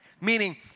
Meaning